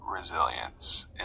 resilience